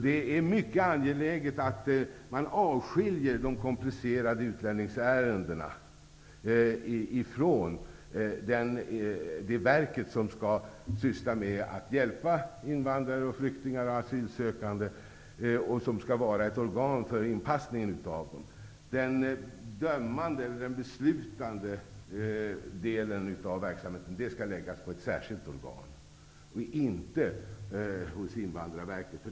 Det är mycket angeläget att man avskiljer komplicerade utlänningsärenden från det verk som skall syssla med att hjälpa invandrare, flyktingar och asylsökande och som skall vara ett organ för anpassningen av dem. Den dömande eller beslutande delen av verksamheten skall läggas på ett särskilt organ. Den skall inte ligga hos Invandrarverket.